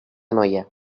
noia